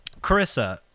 Carissa